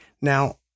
Now